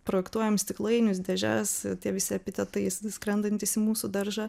projektuojam stiklainius dėžes tie visi epitetai skrendantys į mūsų daržą